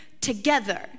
together